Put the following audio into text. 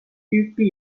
tüüpi